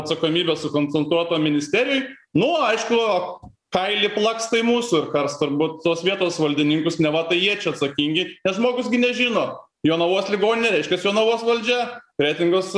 atsakomybe sukonsultuota ministerijoj nu aišku kailį plaks tai mūsų ir kars turbūt tos vietos valdininkus neva tai jie čia atsakingi nes žmogus nežino jonavos ligoninė reiškias jonavos valdžia kretingos